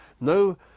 no